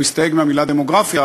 הוא הסתייג מהמילה "דמוגרפיה",